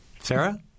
Sarah